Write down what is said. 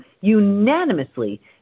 unanimously